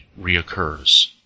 reoccurs